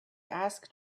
asked